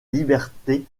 liberté